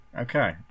Okay